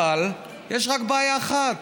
אבל יש רק בעיה אחת: